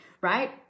right